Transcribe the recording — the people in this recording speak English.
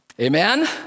Amen